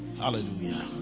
Hallelujah